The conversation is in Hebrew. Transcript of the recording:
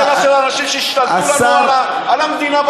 של אנשים שהשתלטו לנו על המדינה בעסק הזה?